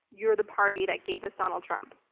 you're the party that gave us donald trump.